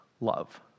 love